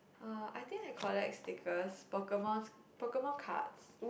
uh I think I collect stickers pokemon pokemon cards